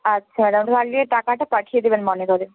আচ্ছা ম্যাডাম আগে টাকাটা পাঠিয়ে দেবেন মনে করে